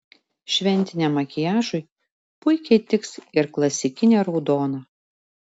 šventiniam makiažui puikiai tiks ir klasikinė raudona